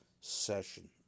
session